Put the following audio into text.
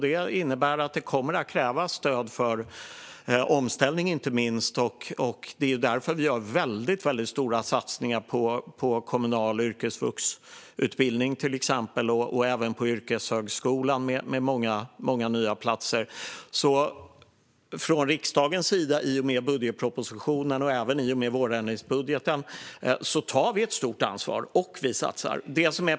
Det innebär att det kommer att krävas stöd, inte minst för omställning. Därför gör vi väldigt stora satsningar på till exempel kommunal yrkesvuxutbildning och även yrkeshögskolan med många nya platser. Från riksdagens sida tar vi i och med budgetpropositionen och även vårändringsbudgeten ett stort ansvar. Vi satsar.